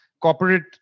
corporate